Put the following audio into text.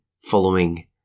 following